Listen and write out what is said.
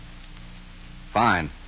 Fine